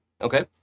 Okay